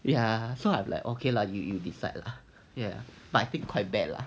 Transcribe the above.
ya so I'm like okay lah you you decide lah ya but I think quite bad lah